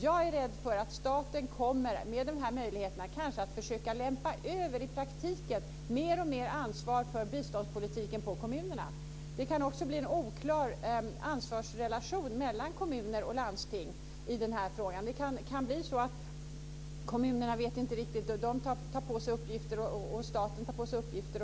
Jag är rädd för att staten med de här möjligheterna kanske i praktiken kommer att lämpa över mer och mer ansvar för biståndspolitiken på kommunerna. Det kan också bli en oklar ansvarsrelation mellan kommuner och landsting i den här frågan. Det kan bli så att kommunerna inte riktigt vet hur det är. De tar på sig uppgifter och staten tar på sig uppgifter.